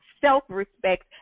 self-respect